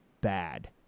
bad